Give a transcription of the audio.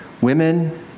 Women